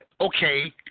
okay